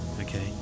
okay